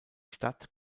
stadt